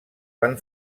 van